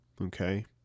okay